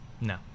No